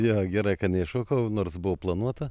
jo gerai kad neiššokau nors buvo planuota